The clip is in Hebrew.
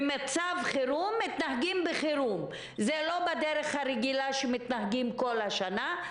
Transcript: במצב חירום מתנהגים בחירום ולא בדרך הרגילה בה מתנהלים כל שנה.